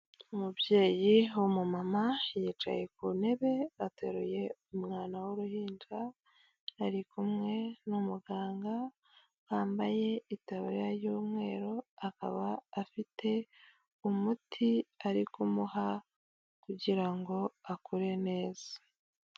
Umubyeyi w'umumama, yicaye ku ntebe ateruye umwana w'uruhinja, ari kumwe n'umuganga wambaye itabara y'umweru, akaba afite umuti ari kumuha, kugira ngo akure neza.